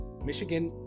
Michigan